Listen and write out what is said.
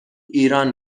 ایران